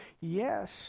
Yes